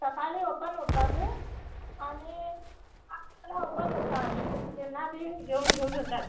सकाळीं ऑपन उरतात आनी आठ म्हळ्यार ऑपन उरता आमी तुमी केन्ना बी घेवन वचपा शकताता